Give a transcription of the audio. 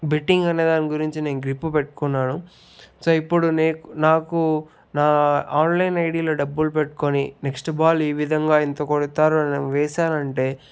betting అనే దాని గురించి నేను గ్రిప్ పెట్టుకుంటున్నాను సో ఇప్పుడు నాకు నా ఆన్లైన్ ఐడిలో డబ్బులు పెట్టుకొని నెక్స్ట్ బాల్ ఏవిధంగా ఎంత కొడతారో మనం వేశారంటే